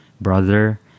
brother